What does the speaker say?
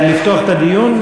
לפתוח את הדיון?